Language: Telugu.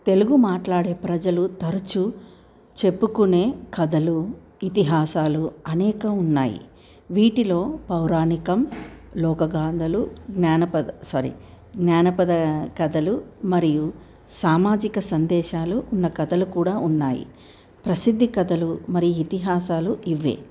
తెలుగు మాట్లాడే ప్రజలు తరచు చెప్పుకునే కథలు ఇతిహాసాలు అనేకం ఉన్నాయి వీటిలో పౌరాణికం లోకగాధలు జానపద సారీ జానపద కథలు మరియు సామాజిక సందేశాలు ఉన్న కథలు కూడా ఉన్నాయి ప్రసిద్ధ కథలు మరియు ఇతిహాసాలు ఇవే